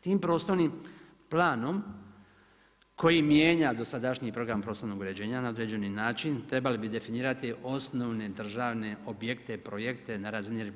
Tim prostornim planom koji mijenja dosadašnji Program prostornog uređenja na određeni način, trebali bi definirati osnovne državne objekte, projekte na razini RH